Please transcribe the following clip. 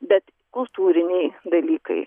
bet kultūriniai dalykai